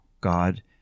God